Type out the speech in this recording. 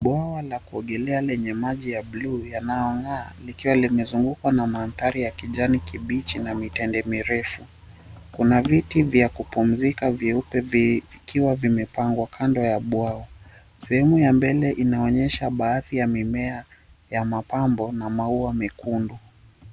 Bwawa la kuogelea lenye maji ya buluu yanayong'aa likiwa limezungukwa na mandhari ya kijani kibichi na mitende mirefu, kuna viti vya kupumzika vyeupe vikiwa vimepangwa kando ya bwawa, sehemu ya mbele inaoonyesha baadhi ya mimea ya mapambo na maua mekundu.